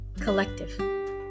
Collective